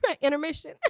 intermission